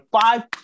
five